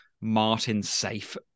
Martin-safe